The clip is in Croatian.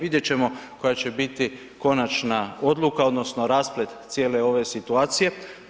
Vidjet ćemo koja će biti konačna odluka, odnosno rasplet cijele ove situacije.